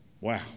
Wow